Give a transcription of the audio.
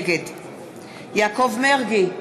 נגד יעקב מרגי,